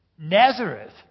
Nazareth